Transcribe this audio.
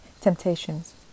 temptations